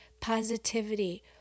positivity